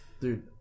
Dude